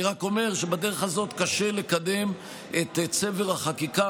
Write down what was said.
אני רק אומר שבדרך הזאת קשה לקדם את צבר החקיקה